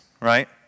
right